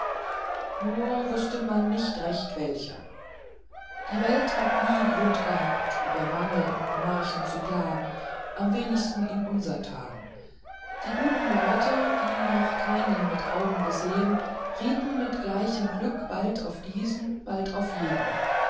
nur wußte man nicht recht welcher die welt hat nie grund gehabt über mangel an monarchen zu klagen am wenigsten in unsern tagen die guten leute die noch keinen mit augen gesehen rieten mit gleichem glück bald auf diesen bald auf jenen